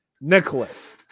Nicholas